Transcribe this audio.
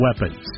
weapons